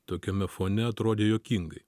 tokiame fone atrodė juokingai